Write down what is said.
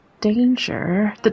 danger